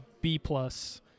B-plus